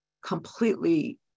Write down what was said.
completely